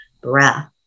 breath